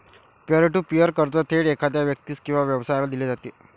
pier to peer कर्ज थेट एखाद्या व्यक्तीस किंवा व्यवसायाला दिले जाते